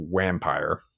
vampire